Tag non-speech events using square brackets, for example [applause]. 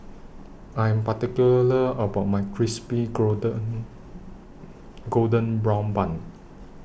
I Am particular about My Crispy Golden [hesitation] Golden Brown Bun